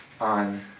on